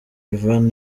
ivan